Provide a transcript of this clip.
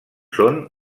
són